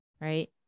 right